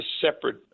separate